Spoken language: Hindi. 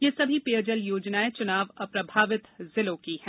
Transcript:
ये सभी पेयजल योजनाएँ चुनाव अप्रभावित जिलों की हैं